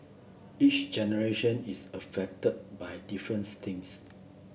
each generation is affected by difference things